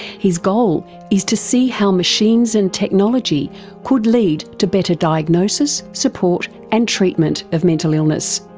his goal is to see how machines and technology could lead to better diagnosis, support and treatment of mental illness.